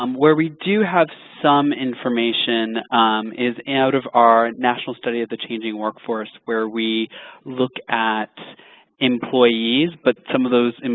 um where we do have some information is out of our national study of the changing workforce, where we look at employees, but some of those, and